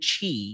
Chi